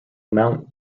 mount